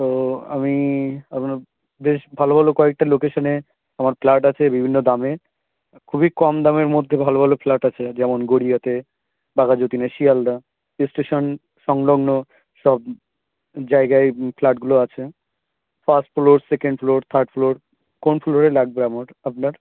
তো আমি আপনার বেশ ভালো ভালো কয়েকটা লোকেশানে আমার ফ্ল্যাট আছে বিভিন্ন দামে খুবই কম দামের মধ্যে ভালো ভালো ফ্ল্যাট আছে যেমন গড়িয়াতে বাঘাযতীনে শিয়ালদা স্টেশন সংলগ্ন সব জায়গায় ফ্ল্যাটগুলো আছে first floor second floor third floor কোন ফ্লোরে লাগবে আমার আপনার